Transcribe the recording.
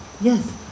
Yes